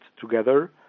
together